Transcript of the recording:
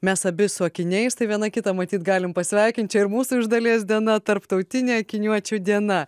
mes abi su akiniais tai viena kitą matyt galim pasveikint čia ir mūsų iš dalies diena tarptautinė akiniuočių diena